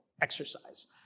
exercise